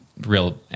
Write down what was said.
real